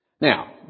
Now